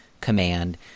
command